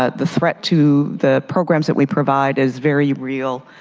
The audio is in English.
ah the threat to the programs that we provide is very real.